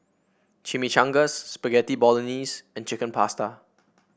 Chimichangas Spaghetti Bolognese and Chicken Pasta